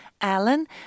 Alan